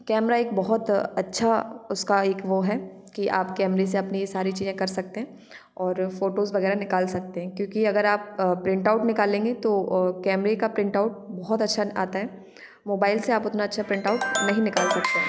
camera एक बहुत अ अच्छा उसका एक वो है कि आप कैमरे से अपनी सारी चीजें कर सकते हैं और फोटोज़ वगैरह निकाल सकते हैं क्योंकि अगर आप अ प्रिंट आउट निकालेंगे तो अ कैमरे का प्रिंट आउट बहुत अच्छा आता है मोबाइल से आप उतना अच्छा प्रिंट आउट नहीं निकाल सकते